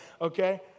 Okay